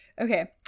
Okay